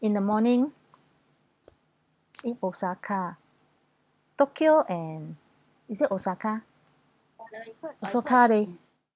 in the morning in osaka tokyo and is it osaka also can't leh